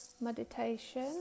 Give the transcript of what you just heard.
meditation